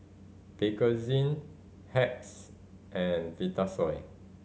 Bakerzin Hacks and Vitasoy